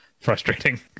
frustrating